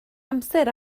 amser